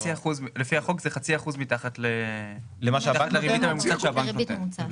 לפי החוק זה חצי אחוז מתחת לריבית הממוצעת שהבנק נותן.